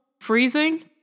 freezing